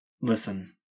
listen